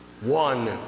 one